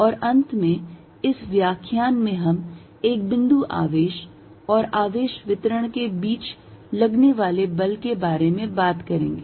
और अंत में इस व्याख्यान में हम एक बिंदु आवेश और आवेश वितरण के बीच लगने वाले बल के बारे में बात करेंगे